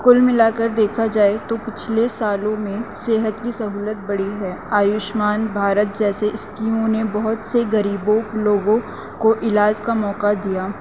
کل ملا کر دیکھا جائے تو پچھلے سالوں میں صحت کی سہولت بڑھی ہے آیوشمان بھارت جیسے اسکیموں نے بہت سے غریبوں لوگوں کو علاج کا موقع دیا